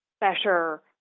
better